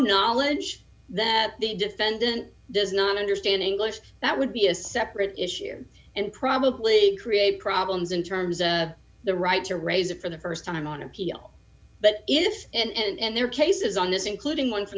knowledge that the defendant does not understand english that would be a separate issue and probably create problems in terms of the right to raise it for the st time on appeal but if and there are cases on this including one from